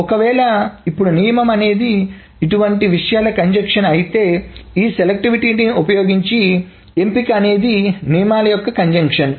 ఒకవేళ ఇప్పుడు నియమం అనేది ఇటువంటి విషయాల కంజంక్షన్ అయితే ఈ సెలెక్టివిటీని ఉపయోగించి ఎంపిక అనేది నియమాలు యొక్క కంజంక్షన్